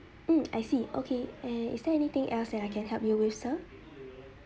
um I see okay and is there anything else that I can help you with sir